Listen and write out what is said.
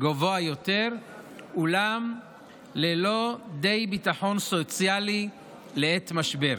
גבוה יותר אולם ללא די ביטחון סוציאלי לעת משבר.